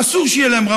אסור לי לרכוש בתים,